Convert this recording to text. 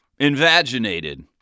Invaginated